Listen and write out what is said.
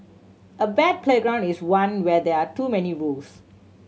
a bad playground is one where there are too many rules